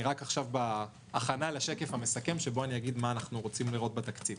אני עכשיו בהכנה לשקף המסכם שבו אגיד מה אנחנו רוצים לראות בתקציב.